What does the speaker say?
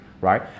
right